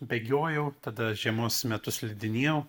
bėgiojau tada žiemos metu slidinėjau